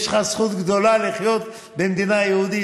יש לך זכות גדולה לחיות במדינה יהודית.